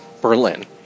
Berlin